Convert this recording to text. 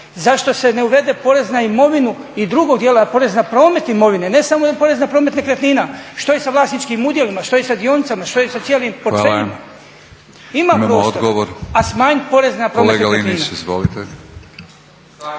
Zašto se ne uvede porez na imovinu i drugog dijela porez na promet imovine, ne samo na porez na promet nekretnina? Što je sa vlasničkim udjelima, što je sa dionicama, što je sa cijelim portfeljem? Ima prostora a smanjiti porez na promet nekretnina.